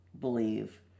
believe